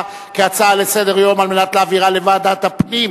כהצעה לסדר-היום כדי להעבירה לוועדת הפנים,